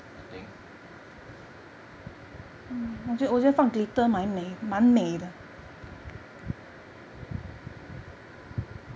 I think